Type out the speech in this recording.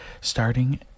starting